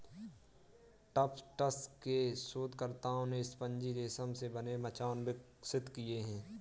Tufts के शोधकर्ताओं ने स्पंजी रेशम से बने मचान विकसित किए हैं